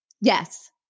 Yes